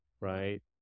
right